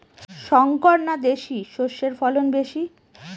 শংকর না দেশি সরষের ফলন বেশী?